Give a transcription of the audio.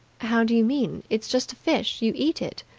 how do you mean? it's just a fish. you eat it.